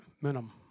minimum